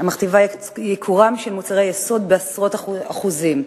המכתיבה את ייקורם של מוצרי יסוד בעשרות אחוזים.